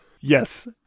yes